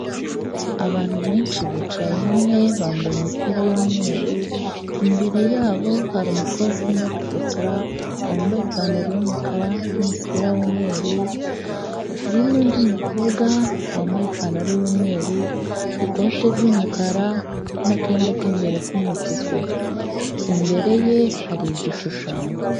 Abantu benshi bicaye hamwe bambaye imipira y'umweru, imbere y'abo hari umukobwa urimo gufotora wambaye ipantaro y'umukara n'umupira w'umweru. Hari n'undi mukobwa wambaye ipantaro y'umweru, ikote ry'umukara n'akenda k'imbere k'umutuku, imbere ye hari igishushanyo.